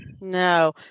No